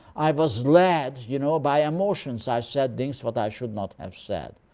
i was led you know by emotions. i said things what i should not have said.